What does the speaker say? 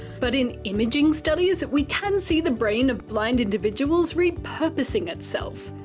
but in imaging studies, we can see the brain of blind individuals repurposing itself.